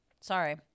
Sorry